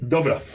Dobra